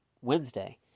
Wednesday